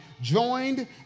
joined